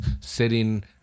sitting